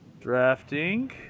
Drafting